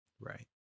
Right